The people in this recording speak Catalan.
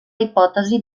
hipòtesi